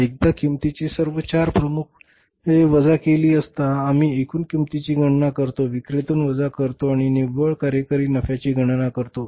एकदा किंमतीची ही सर्व चार प्रमुखे वजा केली असता आम्ही एकूण किंमतीची गणना करतो विक्रीतून वजा करतो आणि निव्वळ कार्यकारी नफ्याची गणना करतो